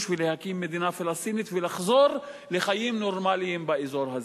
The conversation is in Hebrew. ולהקים מדינה פלסטינית ולחזור לחיים נורמליים באזור הזה.